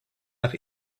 nach